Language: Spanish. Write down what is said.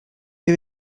que